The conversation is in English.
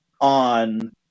on